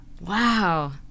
Wow